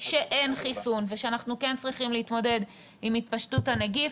שאין חיסון ושאנחנו כן צריכים להתמודד עם התפשטות הנגיף,